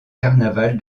carnaval